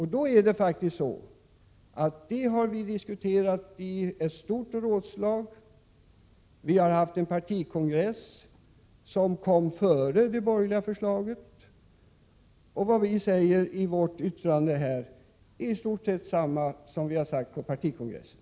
Det har vi diskuterat i ett stort rådslag och på en partikongress som ägde rum innan det borgerliga förslaget kom. Vad vi säger i vårt yttrande här är i stort sett detsamma som vi sade på partikongressen.